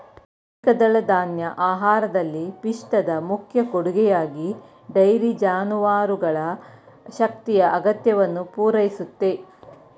ಏಕದಳಧಾನ್ಯ ಆಹಾರದಲ್ಲಿ ಪಿಷ್ಟದ ಮುಖ್ಯ ಕೊಡುಗೆಯಾಗಿ ಡೈರಿ ಜಾನುವಾರುಗಳ ಶಕ್ತಿಯ ಅಗತ್ಯವನ್ನು ಪೂರೈಸುತ್ತೆ